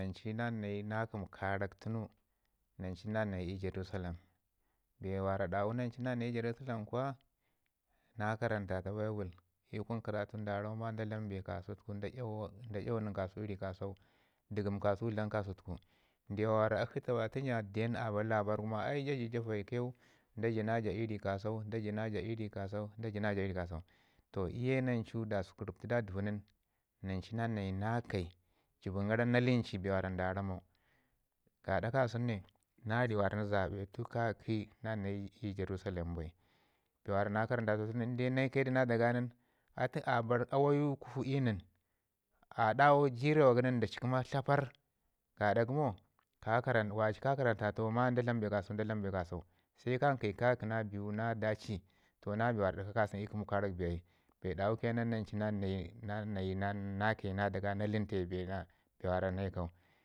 Nan cu nan nayi na kəmi karak tunu nan cu nan nayi Jerusalem. Bee nan cu na ram ma nan nayi Jerusalem kuwa na karantata Bible i kun karatu da rammau ma da dlame bee kasau da ‘yawu nən kasau i rai kasau, nən kasau dlam kasau, dəgəm kasau dlam kasau tuku, ndiwa wara akshi taɓati nja a labarr gu ma ai ja cu ca vaikeu da cu na ja i rai kasau, da cu na ja i rai kasau, da cu na ja i rai kasau. Toh iyu ye nancu da səku rəptida dəvo nin nancu nan nayi na kai jəbin garan na lanti bee mi da ramau gada ka sən ne na rii na zabetu ka ki nan nayi Jerusalem bai. Bee mi na karantatau na keu du na daa ga nin, a bar awayau kufu i nən a dawau jerewa gə nin da ti kəma. Haparr gada gəmo waci ka karan- tatau ma da dlam bee kasau sai kan kayi ka ki na bewu na daa ci. Toh na bee wara dəka kasən i kumu karak bai ai, bee dawu ke nan nanchu nan nayi, nan nayi na keu na daa ga na lənteu bee mi wara na ikau. Amman sai ka ki ndau jagab na dakwdau men amman a lawan da taki dakwda gari a lawan ka bee asarri a ci. sun gu asarr bai, ci na davonja nin a ji kan kai bee wara da ramau ma bi ai, in ke ke dunun sai ka labarr i nan wara ai bai. Amman ci wanda ka cu ke ke du. ai da rama aama ka aama mi da rami tu da dlam pima bai lokaci mi da rama akshi da gagai gaɗa da ramma akshi da vari da gagai gada da masta na gagai gu. Amman kekau da rami aamau, aamau tanu kare gara mi atu mbazeu a ku tunu sai da dlam piima, dlam piima tunu sai da ramma ai gamau men dlamin gara dam gashiri dun kulatan gara iri gaji. Toh nda deu nin a barr labarr ai aama wane tun ai sunatui gusku yaye atu ariwu, tu iyu kei nancu na ke zada bee ka dan gaɗa da awayai kashi ga nai.